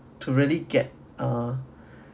to really get ah